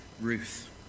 Ruth